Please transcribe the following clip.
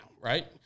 Right